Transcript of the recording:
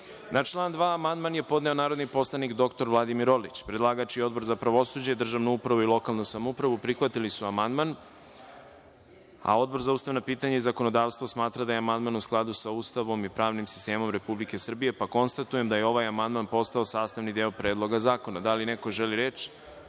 član 2. amandman je podneo narodni poslanik dr Vladimir Orlić. Predlagač i Odbor za pravosuđe, državnu upravu i lokalnu samoupravu prihvatili su amandman. Odbor za ustavna pitanja i zakonodavstvo smatra da je amandman u skladu sa Ustavom i pravnim sistemom Republike Srbije. Konstatujem da je ovaj amandman postao sastavni deo Predloga zakona. Da li neko želi reč?